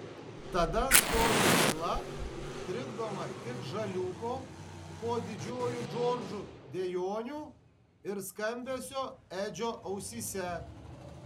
tada stojo tyla trikdoma tik žaliūko po didžiuoju džordžu dejonių ir skambesio edžio ausyse